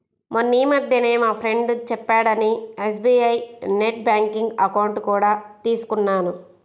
మొన్నీమధ్యనే మా ఫ్రెండు చెప్పాడని ఎస్.బీ.ఐ నెట్ బ్యాంకింగ్ అకౌంట్ కూడా తీసుకున్నాను